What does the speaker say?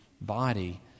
body